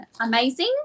amazing